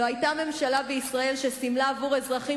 לא היתה ממשלה בישראל שסימלה עבור אזרחים